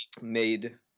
made